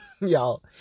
y'all